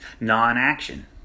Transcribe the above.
non-action